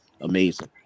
Amazing